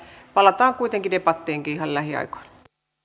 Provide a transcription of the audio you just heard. palataan kuitenkin debattiinkin ihan lähiaikoina